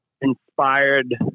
inspired